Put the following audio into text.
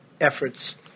efforts